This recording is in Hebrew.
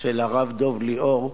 של הרב דב ליאור,